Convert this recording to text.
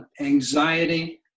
anxiety